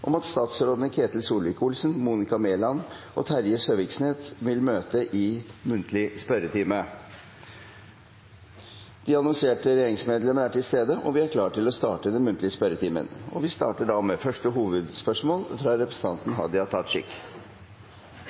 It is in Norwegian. om at statsrådene Ketil Solvik-Olsen, Monica Mæland og Terje Søviknes vil møte til muntlig spørretime. De annonserte regjeringsmedlemmene er til stede, og vi er klare til å starte den muntlige spørretimen. Vi starter da med første hovedspørsmål, fra representanten Hadia